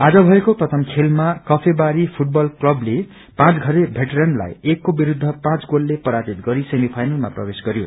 आज भएको प्रथम खेलमा कफेबारी फूटबल क्लबले पाँचषरे भेटरेनलाई एक को विरूद्ध पाँच गोलले पराजित गरि सेमी फ्रइनलमा प्रवेश गरयो